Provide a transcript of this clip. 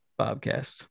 bobcast